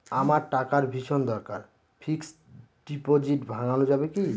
আমার টাকার ভীষণ দরকার ফিক্সট ডিপোজিট ভাঙ্গানো যাবে কি?